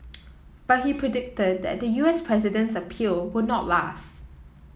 but he predicted that the U S president's appeal would not last